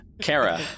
Kara